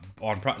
on